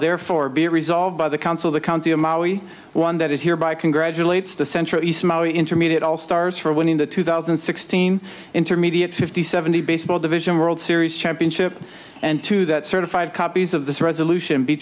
therefore be resolved by the council the county of mali one that is here by congratulates the central east maui intermediate all stars for winning the two thousand and sixteen intermediate fifty seventy baseball division world championship and to that certified copies of this resolution be